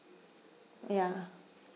ya